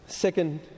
Second